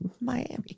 Miami